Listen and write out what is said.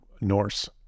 Norse